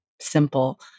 simple